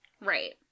Right